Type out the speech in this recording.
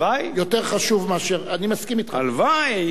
הלוואי.